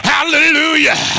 Hallelujah